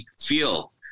feel